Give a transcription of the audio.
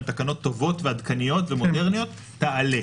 הן תקנות טובות ועדכניות ומודרניות תעלה.